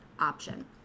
option